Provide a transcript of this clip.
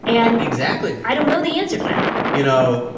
and. exactly. i don't know the answer to that you know,